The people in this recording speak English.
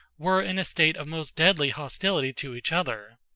were in a state of most deadly hostility to each other.